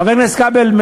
גם חבר הכנסת כבל,